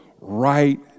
right